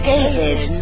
David